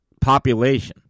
population